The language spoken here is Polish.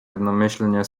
jednomyślnie